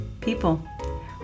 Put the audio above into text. people